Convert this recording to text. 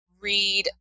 read